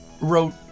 wrote